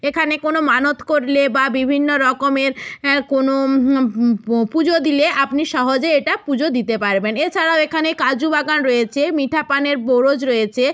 এখানে কোনো মানত করলে বা বিভিন্ন রকমের কোনো পো পুজো দিলে আপনি সহজে এটা পুজো দিতে পারবেন এছাড়াও এখানে কাজু বাগান রয়েছে মিঠা পানের বোরজ রয়েছে